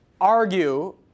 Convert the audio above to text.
argue